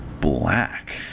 Black